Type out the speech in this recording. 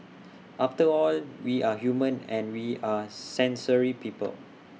after all we are human and we are sensory people